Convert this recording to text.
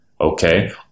okay